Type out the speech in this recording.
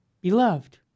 Beloved